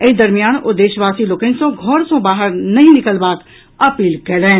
एहि दरमियान ओ देशवासी लोकनि सॅ घर सॅ बाहर नहि निकलबाक अपील कयलनि